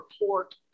report